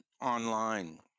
online